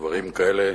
דברים כאלה,